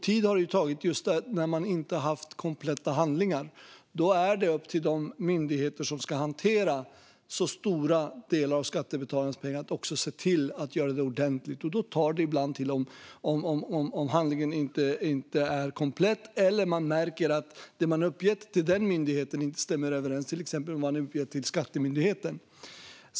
Tid har det tagit just när man inte har haft kompletta handlingar. Då är det upp till de myndigheter som ska hantera så här stora delar av skattebetalarnas pengar att se till att göra det ordentligt, och då tar det ibland lång tid om handlingen inte är komplett eller om myndigheten märker att det man har uppgett till den myndigheten inte stämmer överens med det man har uppgett till exempelvis Skattemyndigheten.